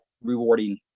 rewarding